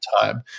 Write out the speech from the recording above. time